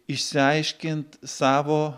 išsiaiškint savo